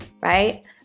right